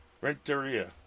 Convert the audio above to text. Renteria